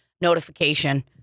notification